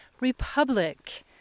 Republic